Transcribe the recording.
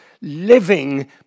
living